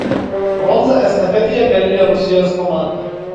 bronzą estafetėje pelnė rusijos komanda